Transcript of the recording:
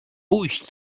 pójść